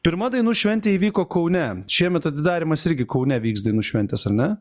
pirma dainų šventė įvyko kaune šiemet atidarymas irgi kaune vyks dainų šventės ar ne